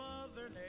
Mother